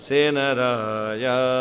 Senaraya